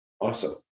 Awesome